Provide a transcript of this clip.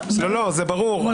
ברור.